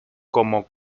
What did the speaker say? como